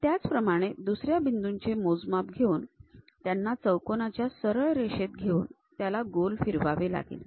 त्याचप्रमाणे दुसऱ्या बिंदूंचे मोजमाप घेऊन त्यांना चौकोनाच्या सरळ रेषेत घेऊन त्याला गोल फिरवावे लागेल